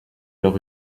leur